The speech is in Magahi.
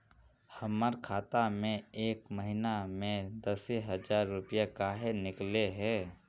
हमर खाता में एक महीना में दसे हजार रुपया काहे निकले है?